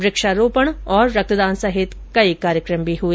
वृक्षारोपण और रक्तदान सहित कई कार्यक्रम भी हुए